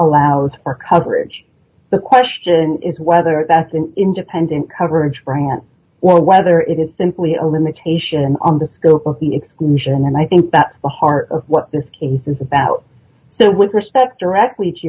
allowed our coverage the question is whether that's an independent coverage france or whether it is simply a limitation on the scope of the exclusion and i think that's the heart of what this case is about so with respect directly to